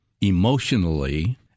emotionally